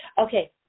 Okay